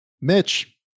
Mitch